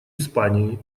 испании